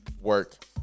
work